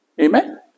Amen